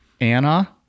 Anna